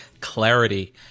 clarity